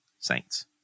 saints